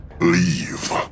Leave